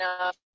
enough